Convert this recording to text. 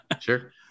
Sure